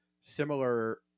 similar